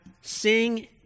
sing